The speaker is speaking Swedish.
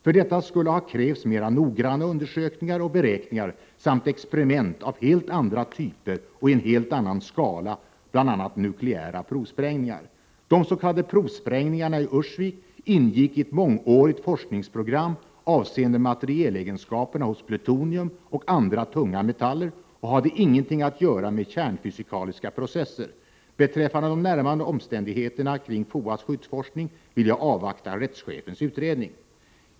För detta skulle ha krävts mera noggranna undersökningar och beräkningar samt experiment av helt andra typer och i en annan skala, bl.a. nukleära provsprängningar. De s.k. provsprängningarna i Ursvik ingick i ett mångårigt forskningsprogram avseende materielegenskaperna hos plutonium och andra tunga metaller och hade ingenting att göra med kärnfysikaliska processer. Beträffande de närmare omständigheterna kring FOA:s skyddsforskning vill jag avvakta rättschefens utredning.